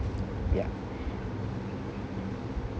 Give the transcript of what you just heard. ya